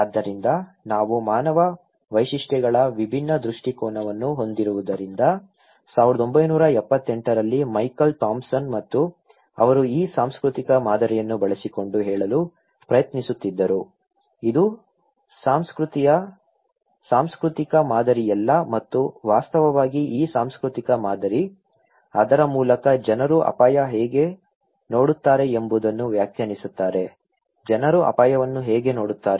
ಆದ್ದರಿಂದ ನಾವು ಮಾನವ ವೈಶಿಷ್ಟ್ಯಗಳ ವಿಭಿನ್ನ ದೃಷ್ಟಿಕೋನವನ್ನು ಹೊಂದಿರುವುದರಿಂದ 1978 ರಲ್ಲಿ ಮೈಕೆಲ್ ಥಾಮ್ಸನ್ ಮತ್ತು ಅವರು ಈ ಸಾಂಸ್ಕೃತಿಕ ಮಾದರಿಯನ್ನು ಬಳಸಿಕೊಂಡು ಹೇಳಲು ಪ್ರಯತ್ನಿಸುತ್ತಿದ್ದರು ಇದು ಸಾಂಸ್ಕೃತಿಕ ಮಾದರಿಯಲ್ಲ ಮತ್ತು ವಾಸ್ತವವಾಗಿ ಈ ಸಾಂಸ್ಕೃತಿಕ ಮಾದರಿ ಅದರ ಮೂಲಕ ಜನರು ಅಪಾಯ ಹೇಗೆ ನೋಡುತ್ತಾರೆ ಎಂಬುದನ್ನು ವ್ಯಾಖ್ಯಾನಿಸುತ್ತಾರೆ ಜನರು ಅಪಾಯವನ್ನು ಹೇಗೆ ನೋಡುತ್ತಾರೆ